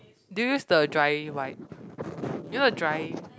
did you use the dry wipe you know the dry